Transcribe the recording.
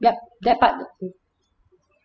that that part